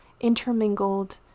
intermingled